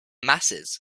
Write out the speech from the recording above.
masses